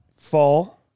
Fall